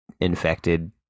infected